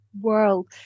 world